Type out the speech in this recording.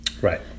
Right